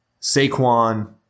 Saquon